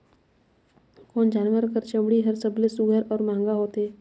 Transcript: कोन जानवर कर चमड़ी हर सबले सुघ्घर और महंगा होथे?